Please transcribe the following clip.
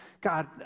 God